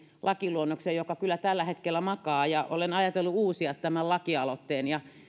luonnokseen joka kyllä tällä hetkellä makaa olen ajatellut uusia tämän lakialoitteen ja